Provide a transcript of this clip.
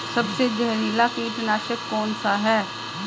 सबसे जहरीला कीटनाशक कौन सा है?